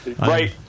Right